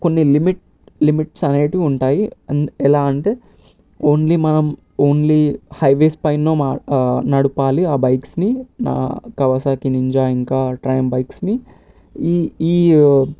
కొన్ని limit limits అనేటివి ఉంటాయి ఎలా అంటే ఓన్లీ మనం ఓన్లీ హైవేస్ పైనో నడపాలి ఆ బైక్స్ని నా కవసాకి నింజా ఇంకా టైం బైక్స్ని ఈ